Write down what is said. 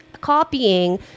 copying